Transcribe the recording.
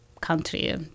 country